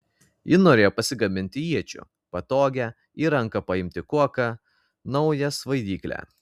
ji norėjo pasigaminti iečių patogią į ranką paimti kuoką naują svaidyklę